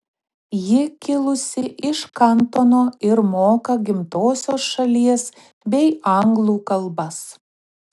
ji kilusi iš kantono ir moka gimtosios šalies bei anglų kalbas